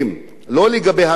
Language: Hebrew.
לא לגבי המתמחים,